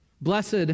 Blessed